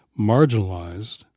marginalized